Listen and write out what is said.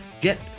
Get